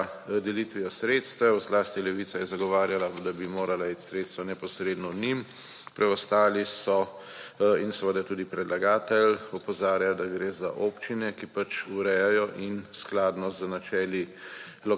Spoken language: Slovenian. delitvijo sredstev, zlasti Levica je zagovarjala, da bi morala iti sredstva neposredno njim, preostali so in seveda tudi predlagatelj opozarjajo, da gre za občine, ki pač urejajo in skladno z načeli